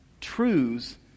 Truths